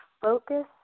focus